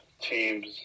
teams